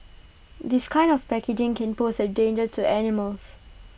this kind of packaging can pose A danger to animals